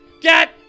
Get